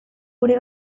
gure